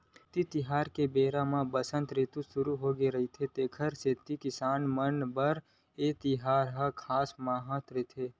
उक्ती तिहार के बेरा म बसंत रितु सुरू होगे रहिथे तेखर सेती किसान मन बर ए तिहार के खास महत्ता हे